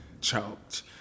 choked